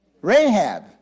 Rahab